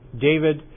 David